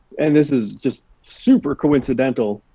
and this is just super coincidental,